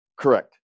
Correct